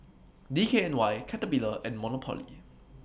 D K N Y Caterpillar and Monopoly